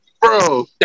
Bro